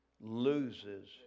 loses